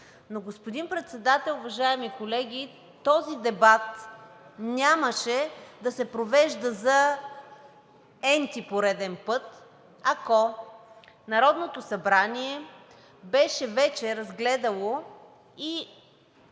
Но, господин Председател и уважаеми колеги, този дебат нямаше да се провежда за n-ти пореден път, ако Народното събрание беше вече разгледало и